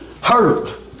Hurt